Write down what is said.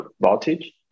voltage